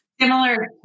Similar